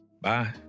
Bye